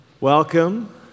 Welcome